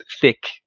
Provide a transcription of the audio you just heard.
thick